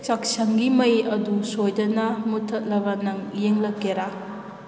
ꯆꯥꯛꯁꯪꯒꯤ ꯃꯩ ꯑꯗꯨ ꯁꯣꯏꯗꯅ ꯃꯨꯊꯠꯂꯕ ꯅꯪ ꯌꯦꯡꯂꯛꯀꯦꯔꯥ